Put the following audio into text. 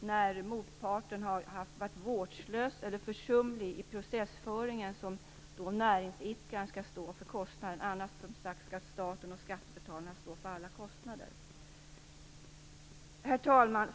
när motparten har varit vårdslös eller försumlig i processföringen som denne skall stå för kostnaden, annars skall som sagt staten och skattebetalarna stå för alla kostnader. Herr talman!